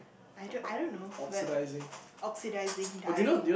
I don't I don't know but oxidizing dye